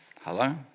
Hello